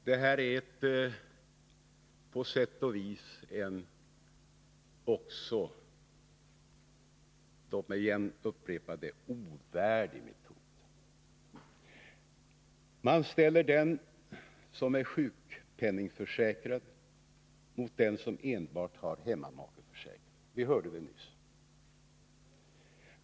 Det är också, låt mig upprepa det, en ovärdig metod. Man ställer den som är sjukpenningförsäkrad mot den som enbart har hemmamakeförsäkring. Vi hörde det nyss i Gösta Anderssons inlägg.